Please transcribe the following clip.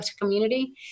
community